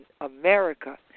America